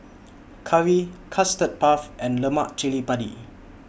Curry Custard Puff and Lemak Chili Padi